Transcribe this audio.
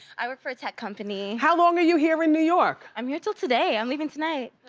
i work for a tech company. how long are you here in new york? i'm here till today, i'm leaving tonight.